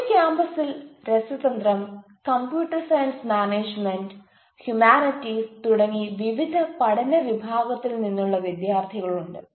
ഒരു ക്യാമ്പസ്സിൽ രസതന്ത്രം കമ്പ്യൂട്ടർ സയൻസ് മാനേജുമെന്റ് ഹ്യൂമാനിറ്റീസ് തുടങ്ങി വിവിധ പഠന വിഭാഗത്തിൽ നിന്നുള്ള വിദ്ധാർഥികൾ ഉണ്ട്